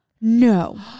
no